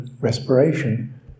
respiration